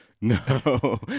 No